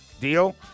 Deal